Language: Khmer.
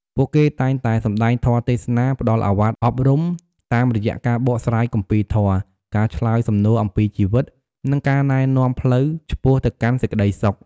ពួកគេតែងតែ សម្ដែងធម៌ទេសនា ផ្ដល់ឱវាទអប់រំ តាមរយៈការបកស្រាយគម្ពីរធម៌ ការឆ្លើយសំណួរអំពីជីវិត និងការណែនាំផ្លូវឆ្ពោះទៅកាន់សេចក្ដីសុខ។